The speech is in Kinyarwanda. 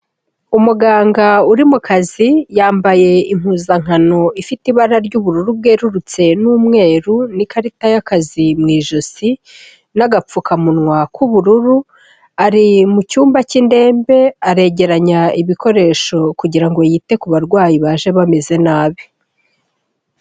Umuganga uri mu kazi, yambaye impuzankano ifite ibara ry'ubururu bwerurutse n'umweru n'ikarita y'akazi mu ijosi n'agapfukamunwa k'ubururu, ari mu cyumba cy'indembe aregeranya ibikoresho kugira ngo yite ku barwayi baje bameze nabi.